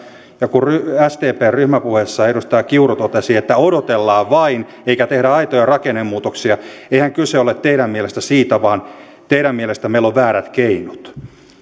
ja kun sdpn ryhmäpuheessa edustaja kiuru totesi että odotellaan vain eikä tehdä aitoja rakennemuutoksia eihän kyse ole teidän mielestänne siitä vaan teidän mielestänne meillä on väärät keinot ja